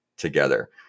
together